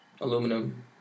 aluminum